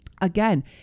again